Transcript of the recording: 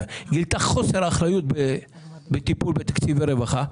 - גילתה חוסר אחריות בטיפול בתקציב הרווחה,